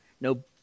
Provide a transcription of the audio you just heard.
no